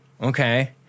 Okay